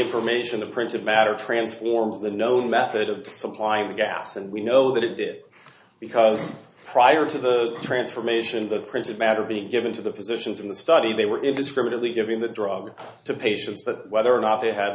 information of printed matter transforms the known method of supplying the gas and we know that it did because prior to the transformation of the printed matter being given to the physicians in the study they were it was criminally giving the drug to patients but whether or not they had